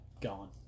gone